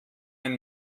ein